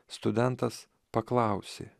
studentas paklausė